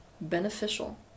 beneficial